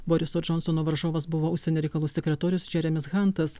boriso džonsono varžovas buvo užsienio reikalų sekretorius džeremis hantas